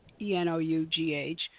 e-n-o-u-g-h